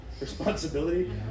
responsibility